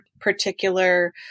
particular